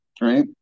Right